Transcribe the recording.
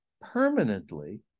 permanently